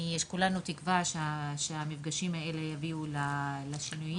כולנו תקווה שהמפגשים האלה יביאו לשינויים.